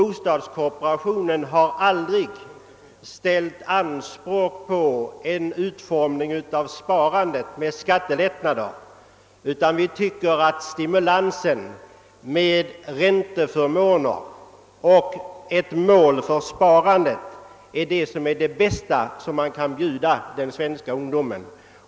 Bostadskooperationen har aldrig ställt anspråk på att genom skattelättnader åstadkomma ett ökat sparande, utan anser att stimulansen med ränteförmåner och ett mål för sparandet är det bästa man kan bjuda den svenska ungdomen.